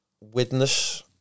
Witness